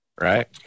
Right